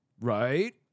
Right